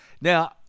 Now